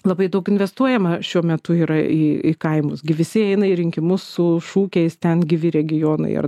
labai daug investuojama šiuo metu yra į kaimus gi visi eina į rinkimus su šūkiais ten gyvi regionai ar